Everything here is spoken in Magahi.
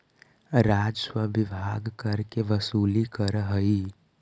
राजस्व विभाग कर के वसूली करऽ हई